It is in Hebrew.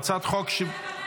רגע, אני רוצה לברך.